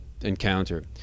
encounter